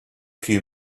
few